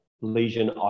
lesion